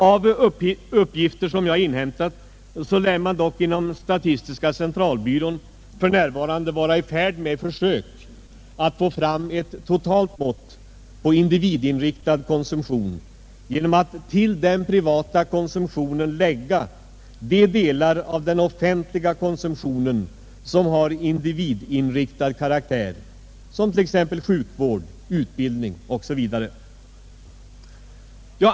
Av uppgifter som jag inhämtat lär man dock inom statistiska centralbyrån f.n. vara i färd med försök att få fram ett totalt mått på ”individinriktad” konsumtion genom att till den privata konsumtionen lägga de delar av den offentliga konsumtionen som har ”individinriktad” karaktär, såsom sjukvård, utbildning osv.